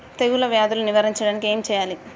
తెగుళ్ళ వ్యాధులు నివారించడానికి ఏం చేయాలి?